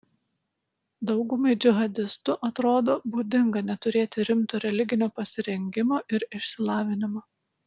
daugumai džihadistų atrodo būdinga neturėti rimto religinio pasirengimo ir išsilavinimo